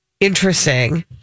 Interesting